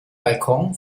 balkon